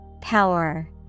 Power